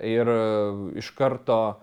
ir iš karto